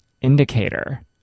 indicator